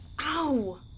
Ow